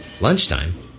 Lunchtime